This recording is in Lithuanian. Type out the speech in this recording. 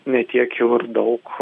ne tiek jau ir daug